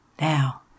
now